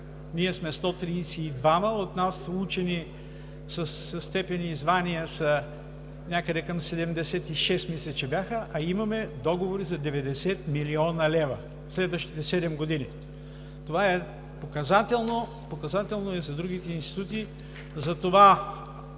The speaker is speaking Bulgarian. Ние сме 132-ма, от нас учени със степени и звания са някъде към 76, мисля, че бяха, а имаме договори за 90 млн. лв. –следващите седем години. Това е показателно, показателно е за другите институти.